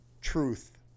truth